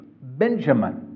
Benjamin